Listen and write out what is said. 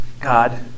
God